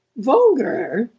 vulgar?